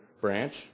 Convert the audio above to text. branch